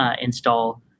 install